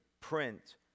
print